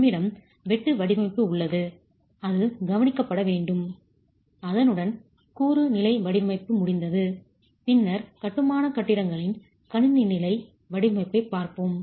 நம்மிடம் வெட்டு வடிவமைப்பு உள்ளது அது கவனிக்கப்பட வேண்டும் அதனுடன் கூறு நிலை வடிவமைப்பு முடிந்தது பின்னர் கட்டுமான கட்டிடங்களின் கணினி நிலை வடிவமைப்பைப் பார்ப்போம்